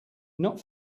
not